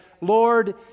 Lord